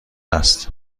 است